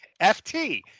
FT